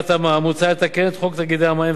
מוצע לתקן את חוק תאגידי מים וביוב,